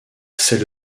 c’est